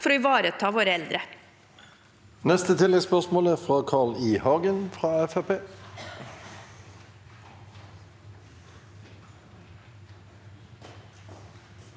for å ivareta våre eldre.